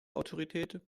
autorität